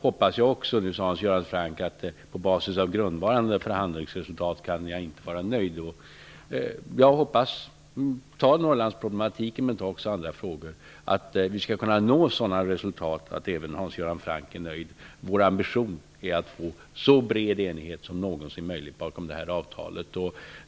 Hans Göran Franck sade att han på basis av nuvarande förhandlingsresultat inte kan vara nöjd. Jag hoppas -- ta Norrlandsproblematiken men också andra frågor som exempel -- att vi skall kunna nå sådana resultat att även Hans Göran Franck blir nöjd. Vår ambition är att avtalet skall få så bred enighet som det någonsin är möjligt.